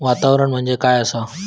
वातावरण म्हणजे काय असा?